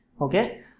Okay